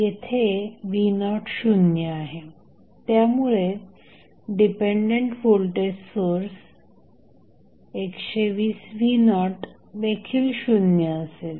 येथे v0शून्य आहे त्यामुळे डिपेंडंट व्होल्टेज सोर्स 120v0 देखील शून्य असेल